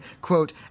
quote